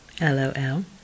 LOL